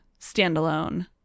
standalone